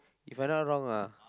If I not wrong lah